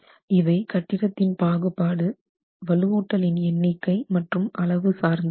இவை கட்டிடத்தின் பாகுபாடு BCDE வலுவூட்டல் இன் எண்ணிக்கை மற்றும் அளவு சார்ந்து இருக்கும்